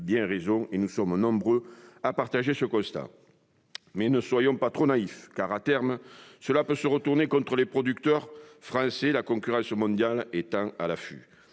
la rapporteure, et nous sommes nombreux à partager ce constat. Toutefois, ne soyons pas trop naïfs, car cela pourrait se retourner contre les agriculteurs français, la concurrence mondiale étant à l'affût.